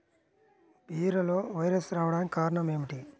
బీరలో వైరస్ రావడానికి కారణం ఏమిటి?